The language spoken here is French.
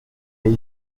mais